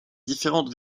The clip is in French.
différents